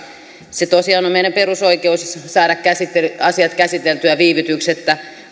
on tosiaan meidän perusoikeutemme saada asiat käsiteltyä viivytyksettä